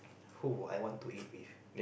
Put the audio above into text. who will I want to eat with